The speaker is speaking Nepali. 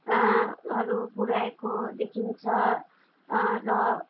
हरू पुऱ्याएको देखिन्छ र